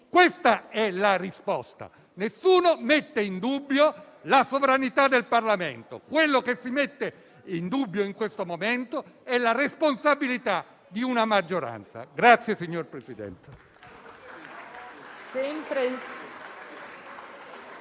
Questo è il discorso. Nessuno mette in dubbio la sovranità del Parlamento. Quello che si mette in dubbio in questo momento è la responsabilità di una maggioranza. PRESIDENTE.